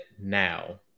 Now